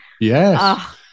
Yes